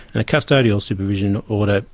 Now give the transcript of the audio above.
and a custodial supervision order,